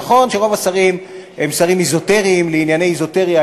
נכון שרוב השרים הם שרים זוטרים לענייני אזוטריה,